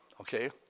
Okay